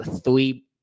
three